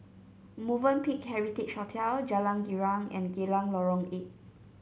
Movenpick Heritage Hotel Jalan Girang and Geylang Lorong Eight